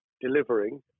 delivering